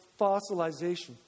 fossilization